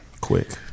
Quick